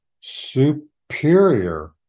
superior